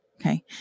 Okay